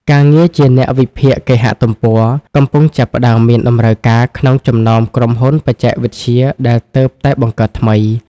ការងារជាអ្នកវិភាគគេហទំព័រ កំពុងចាប់ផ្តើមមានតម្រូវការក្នុងចំណោមក្រុមហ៊ុនបច្ចេកវិទ្យាដែលទើបតែបង្កើតថ្មី ។